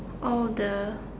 all the